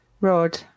Rod